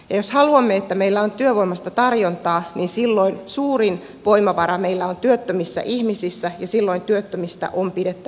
jos haluamme että meillä on työvoimasta tarjontaa niin silloin suurin voimavara meillä on työttömissä ihmisissä ja silloin työttömistä on pidettävä huolta